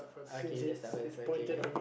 okay just start first okay can